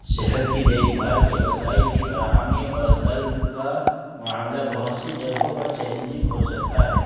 صحت کی دیکھ بھال کے وسائل کی فراہمی اور طلب کا معاملہ بہت سی جگہوں پر چیلنجنگ ہو سکتا ہے